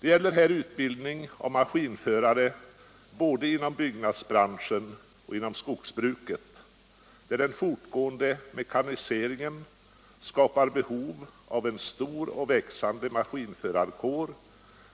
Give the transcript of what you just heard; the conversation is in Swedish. Det gäller här utbildning av maskinförare både inom byggnadsbranschen och inom skogsbruket, där den fortgående mekaniseringen skapar behov av en stor och växande maskinförarkår,